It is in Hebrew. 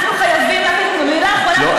מילה אחרונה,